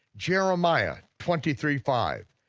jeremiah twenty three five,